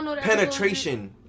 Penetration